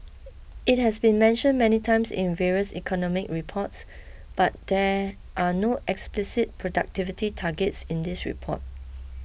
it has been mentioned many times in various economic reports but there are no explicit productivity targets in this report